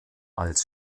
als